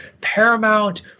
paramount